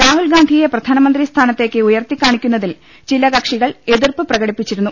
രാഹുൽഗാന്ധിയെ പ്രധാന മന്ത്രി സ്ഥാനത്തേക്ക് ഉയർത്തികാണിക്കുന്നതിൽ ചില കക്ഷി കൾ എതിർപ്പ് പ്രകടിപ്പിച്ചിരുന്നു